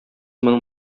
моның